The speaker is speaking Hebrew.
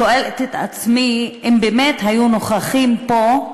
אני שואלת את עצמי, אם באמת הם היו נוכחים פה,